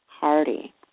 hardy